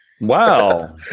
Wow